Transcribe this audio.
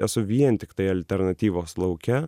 esu vien tiktai alternatyvos lauke